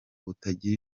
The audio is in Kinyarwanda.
butagira